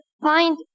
find